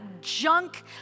junk